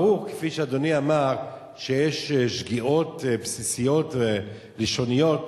כפי שאדוני אמר, ברור שיש שגיאות בסיסיות ולשוניות